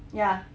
ya